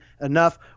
enough